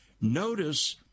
Notice